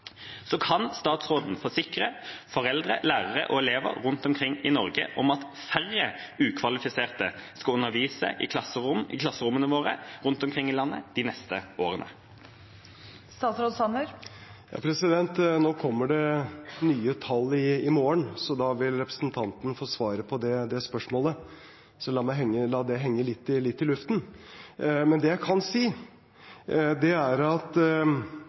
Så kan statsråden forsikre foreldre, lærere og elever rundt omkring i Norge om at færre ukvalifiserte skal undervise i klasserommene våre rundt omkring i landet de neste årene? Nå kommer det nye tall i morgen, så da vil representanten få svaret på det spørsmålet. Så la meg la det henge litt i luften. Det jeg kan si, er at